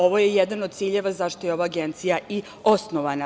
Ovo je jedan od ciljeva zašto je ova agencija i osnovana.